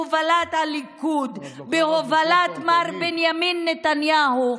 בהובלת הליכוד, בהובלת מר בנימין נתניהו,